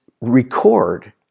record